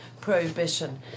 prohibition